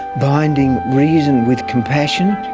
binding reason with compassion,